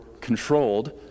controlled